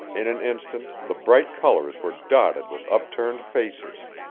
in an instant the bright colors were dotted with upturned faces.